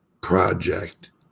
project